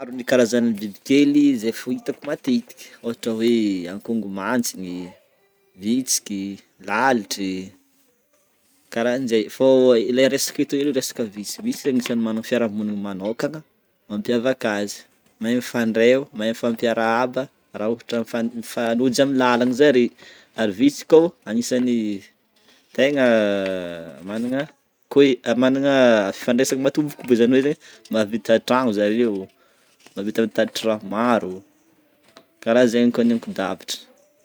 Maro ny karazana bibikely izay fohitako matetika ôhatra hoe akogno mantsigny, vitsiky, lalitry, karahanje fô le resaka aketo logna resaka visika, visika agnisan'ny managna ny fiarahamonina manokagna mampiavaka azy, mahay mifandray reo mahay mifampiarahaba ra ôhatra miifa- mifanozo amin'ny lalana zare ary vitsiky anisany tegna managna fifandresany matomboka bé zany hoe zany mahavita tragno zareo mavita mitatitra raha maro karahazegny koa ny ankodavitry.